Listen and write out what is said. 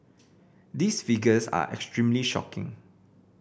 these figures are extremely shocking